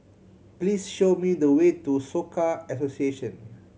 please show me the way to Soka Association